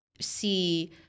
see